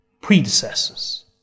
predecessors